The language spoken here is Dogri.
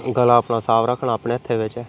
गला अपना साफ रक्खना अपने हत्थ बिच्च ऐ